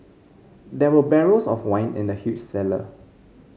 there were barrels of wine in the huge cellar